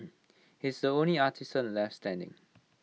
he is the only artisan left standing